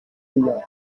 riot